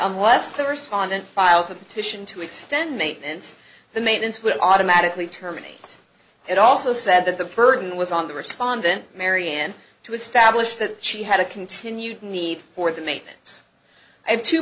unless the respondent files a petition to extend maintenance the maintenance would automatically terminate it also said that the burden was on the respondent marian to establish that she had a continued need for the maid yes i have two